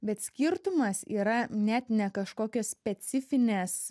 bet skirtumas yra net ne kažkokios specifinės